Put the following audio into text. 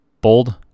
Bold